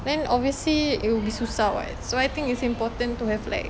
then obviously it will be susah [what] so I think it's important to have like